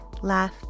laugh